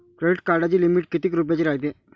Credit कार्डाची limit कितीक रुपयाची रायते?